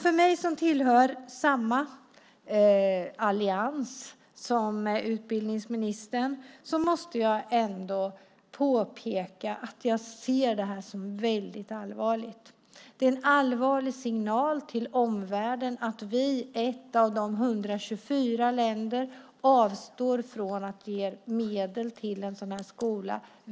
Jag tillhör samma allians som utbildningsministern, och jag måste påpeka att jag ser det här som väldigt allvarligt. Det är en allvarlig signal till omvärlden att vi, ett av de 124 länderna, avstår från att ge medel till en sådan här skola.